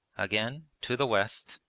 again, to the west,